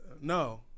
no